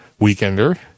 weekender